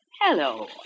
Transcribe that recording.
Hello